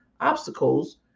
obstacles